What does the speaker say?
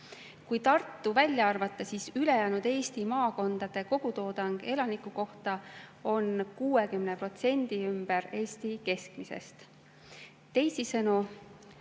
Kui Tartu välja arvata, siis ülejäänud Eesti maakondade kogutoodang elaniku kohta on circa 60% Eesti keskmisest. Teisisõnu,